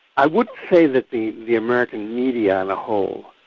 i wouldn't say that the the american media on the whole,